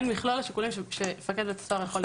מכלול השיקולים שמפקד הכלא צריך לשקול.